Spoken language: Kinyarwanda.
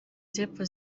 y’epfo